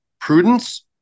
prudence